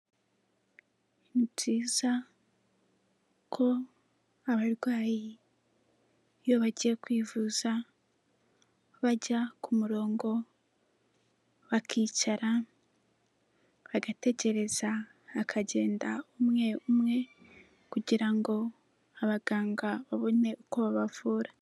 Ni byiza ko abarwayi iyo bagiye kwivuza, bajya ku murongo bakicara bagategereza. Hakagenda umwe umwe kugira ngo abaganga babone uko babavura.